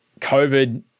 COVID